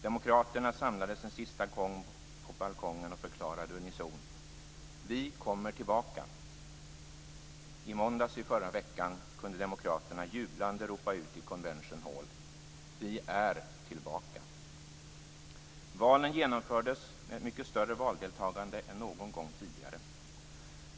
Demokraterna samlades en sista gång på balkongen och förklarade unisont: "Vi kommer tillbaka!" I måndags i förra veckan kunde demokraterna jublande ropa ut i Convention Hall: "Vi är tillbaka!" Valen genomfördes med ett mycket större valdeltagande än någon gång tidigare.